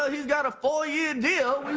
he's got a four-year deal?